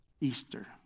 Easter